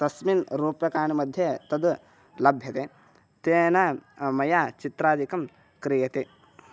तस्मिन् रूप्यकाणि मध्ये तद् लभ्यते तेन मया चित्रादिकं क्रियते